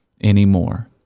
anymore